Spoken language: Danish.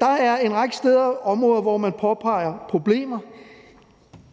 Der er en række områder, hvor man påpeger problemer.